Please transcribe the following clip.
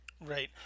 Right